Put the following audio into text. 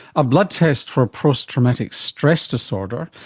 a blood test for posttraumatic stress disorder,